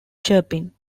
chirping